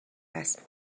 رسم